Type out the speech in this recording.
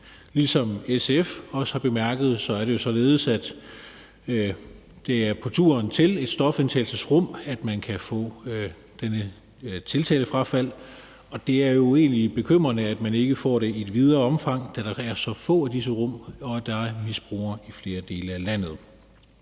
Ligesom SF også har bemærket, er det således, at det er på turen til et stofindtagelsesrum, at man kan få dette tiltalefrafald, og det er jo egentlig bekymrende, at man ikke får det i et videre omfang, da der er så få af disse rum og der er misbrugere i flere dele af landet.